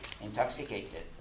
intoxicated